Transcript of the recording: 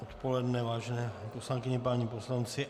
Hezké odpoledne, vážené poslankyně, páni poslanci.